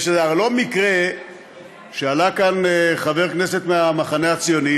זה הרי לא מקרה שעלה כאן חבר כנסת מהמחנה הציוני,